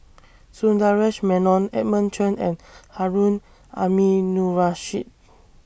Sundaresh Menon Edmund Chen and Harun Aminurrashid